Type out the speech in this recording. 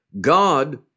God